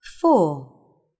Four